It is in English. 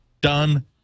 Done